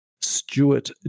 Stewart